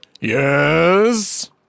Yes